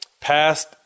past